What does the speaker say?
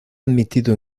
admitido